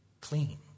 clean